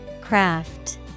Craft